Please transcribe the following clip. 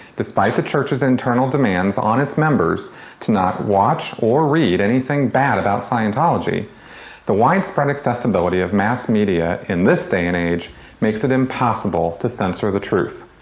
despite the church's internal demands on its members to not watch or read anything bad about scientology the widespread accessibility of mass media in this day and age makes it impossible to censor the truth.